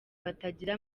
batagira